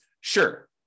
Sure